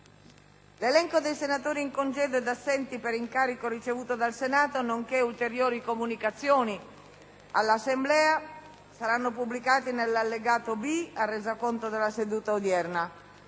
L'elenco dei senatori in congedo e assenti per incarico ricevuto dal Senato, nonché ulteriori comunicazioni all'Assemblea saranno pubblicati nell'allegato B al Resoconto della seduta odierna.